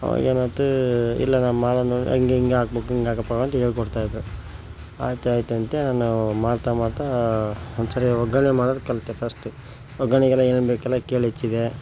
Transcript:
ಆವಾಗೇನಾತು ಇಲ್ಲ ನಾನು ಮಾಡೋದ್ ನೋಡಿ ಹಂಗೆ ಹಿಂಗೆ ಹಾಕ್ಬೇಕ್ ಹಿಂಗಾಕಪ್ಪ ಅಂತ ಹೇಳ್ಕೊಡ್ತಾಯಿದ್ರು ಆಯಿತು ಆಯಿತು ಅಂತೇಳಿ ನಾವು ಮಾಡ್ತಾ ಮಾಡ್ತಾ ಒಂದು ಸರಿ ಒಗ್ಗರಣೆ ಮಾಡೋದು ಕಲಿತೆ ಫಸ್ಟ್ ಒಗ್ಗರಣೆಗೆಲ್ಲ ಏನೇನು ಬೇಕು ಎಲ್ಲ ಕೇಳಿ ಹೆಚ್ಚಿದೆ